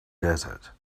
desert